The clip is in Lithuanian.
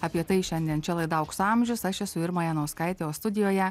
apie tai šiandien čia laida aukso amžius aš esu irma janauskaitė o studijoje